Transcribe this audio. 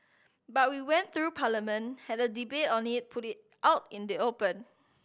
but we went through Parliament had a debate on it put it out in the open